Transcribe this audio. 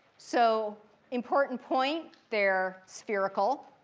so important point, they're spherical.